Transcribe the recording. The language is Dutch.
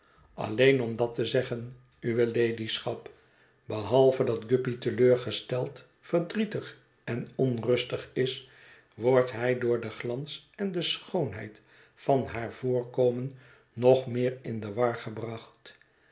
alleen om dat te zeggen uwe ladyschap behalve dat guppy te leur gesteld verdrietig en onrustig is wordt hij door den glans en de schoonheid van haar voorkomen nog meer in de war gebracht